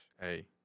Hey